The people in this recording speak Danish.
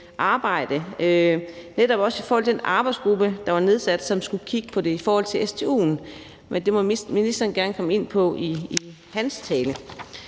arbejde, netop også i forhold til den arbejdsgruppe, der var nedsat, og som skulle kigge på det i forhold til stu'en. Men det må ministeren gerne komme ind på i sin tale.